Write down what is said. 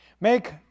Make